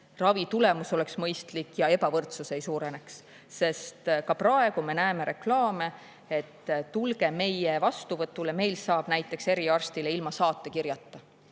ravi tulemus oleks mõistlik ja ebavõrdsus ei suureneks. Ka praegu me näeme reklaame, et tulge meie vastuvõtule, meil saab näiteks eriarstile ilma saatekirjata.